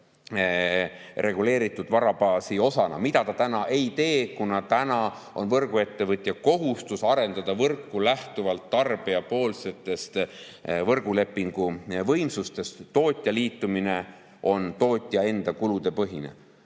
reguleeritud varabaasi osana. Praegu ta seda ei tee, kuna praegu on võrguettevõtjal kohustus arendada võrku lähtuvalt tarbijapoolsetest võrgulepingu võimsustest. Tootja liitumine on tootja enda kulude põhine.